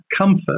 comfort